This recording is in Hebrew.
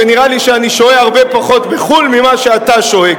ונראה לי שאני שוהה הרבה פחות בחו"ל ממה שאתה שוהה,